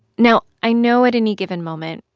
now, i know at any given moment,